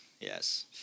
yes